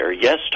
yes